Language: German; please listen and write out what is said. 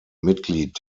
mitglied